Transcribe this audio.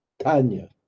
Tanya